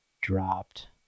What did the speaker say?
dropped